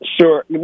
sure